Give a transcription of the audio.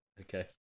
Okay